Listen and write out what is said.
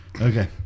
Okay